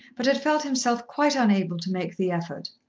but had felt himself quite unable to make the effort.